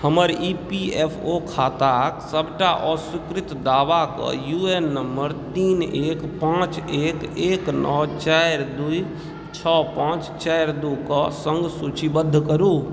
हमर E P F O खाताके सबटा अस्वीकृत दावाके यू एन नम्बर तीन एक पाँच एक एक नओ चारि दुइ छओ पाँच चारि दूके सङ्ग सूचीबद्ध करू